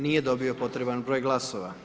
Nije dobio potreban broj glasova.